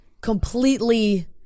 completely